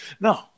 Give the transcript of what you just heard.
No